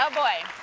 ah boy.